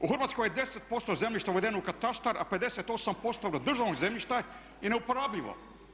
U Hrvatskoj je 10% zemljišta uvedeno u katastar a 58% državnog zemljišta je neuporabljivo.